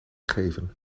geven